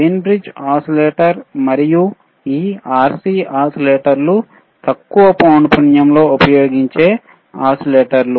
win bridge oscillator మరియు ఈ RC ఓసిలేటర్లు తక్కువ పౌనపున్యంలో ఉపయోగించే ఓసిలేటర్లు